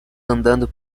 andando